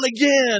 again